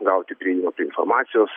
gauti priėjimą prie informacijos